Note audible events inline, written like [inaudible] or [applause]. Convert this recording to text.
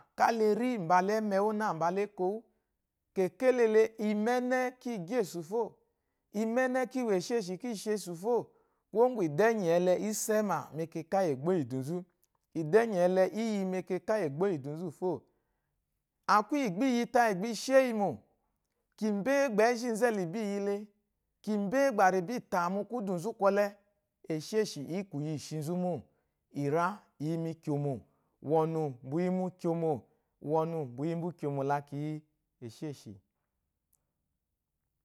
Ká le rí mbala ɛ́mɛ́ɛ wú nâ mbala éko wú. Kèkélele, imɛ́nɛ́ kíi gyí èsù fô, imɛ́nɛ́ kî wo èshêshi kǐ shi esù fô. Kwuwó ŋgwù ìdɛ́nyì ɛlɛ í sɛ́mà mɛkɛkà íyì égbó íyì ìdù nzú, ìdɛ́nyì ɛlɛ i yi mɛkɛkà íyì égbó íyì ìdù nzú fô. A kwuyi gbá i yi tayì gbà i shéyimò, kìmbé gbà ɛ́zhí nzú ɛlɛ i bî yi le, kìmbé gbà rì bî tà mu kwúdù nzú kwɔlɛ? Èshêshí í kù yi i shi nzú mô, ìrá i yi mu ikyòmò, wɔ̀nù wu yi mu ikyomò, [unintelligible] la kì yi èshêshì.